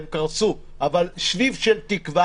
הם קרסו לתת להם שביב של תקווה.